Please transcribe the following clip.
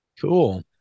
Cool